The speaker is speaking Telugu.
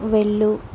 వెళ్ళు